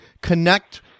connect